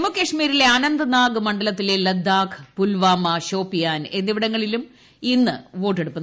ജമ്മുകാശ്മീരിലെ അനന്ത്നാഗ് മണ്ഡലത്തിലെ ലഡാക്ക് പുൽവാമ ഷോപ്പിയാൻ എന്നിവിടങ്ങളിലും ഇന്നാണ് വോട്ടെടുപ്പ്